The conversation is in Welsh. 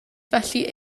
felly